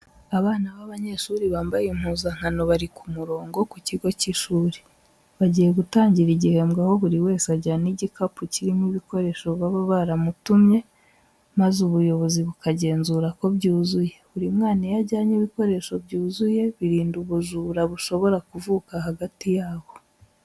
Abana b'abanyeshuri bambaye impuzankano bari ku murongo ku kigo cy'ishuri, bagiye gutangira igihembwe aho buri wese ajyana igikapu kirimo ibikoresho baba baramutumye, maze ubuyobozi bukagenzura ko byuzuye. Buri mwana iyo ajyanye ibikoresho byuzuye birinda ubujura bushobora kuvuka hagati yabo